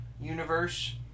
universe